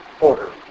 order